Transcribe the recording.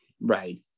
right